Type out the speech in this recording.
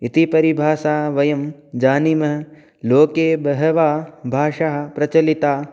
इति परिभाषां वयं जानीमः लोके बह्व्यः भाषाः प्रचलिताः